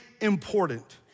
important